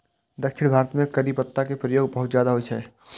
दक्षिण भारत मे करी पत्ता के प्रयोग बहुत ज्यादा होइ छै